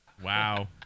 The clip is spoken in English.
Wow